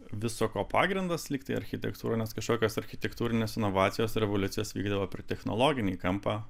viso ko pagrindas lygtai architektūra nes kažkokios architektūrinės inovacijos revoliucinės vykdavo per technologinį kampą